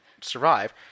survive